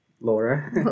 Laura